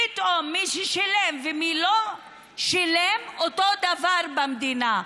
פתאום מי ששילם ומי שלא שילם, אותו דבר במדינה.